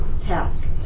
task